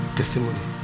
testimony